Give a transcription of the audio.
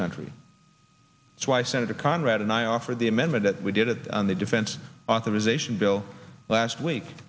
country why senator conrad and i offered the amendment that we did it on the defense authorization bill last week